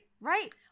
right